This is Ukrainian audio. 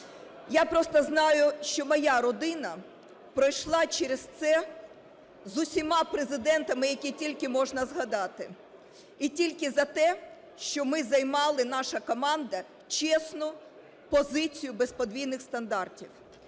Я просто знаю, що моя родина пройшла через це з усіма президентами, які тільки можна згадати, і тільки за те, що ми займали, наша команда, чесну позицію без подвійних стандартів.